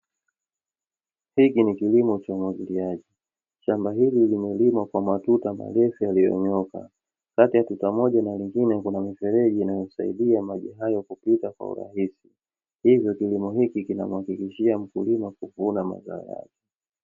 Hiki ni kilimo cha umwagiliaji. Shamba hili limelimwa kwa matuta marefu yaliyonyooka. Kati ya tuta moja na lingine kuna mifereji inayosaidia maji hayo kupita kwa urahisi. Hivyo kilimo hiki kinamwakikishia mkulima kuvuna mavuno yake.